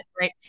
right